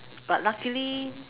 but luckily